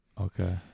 Okay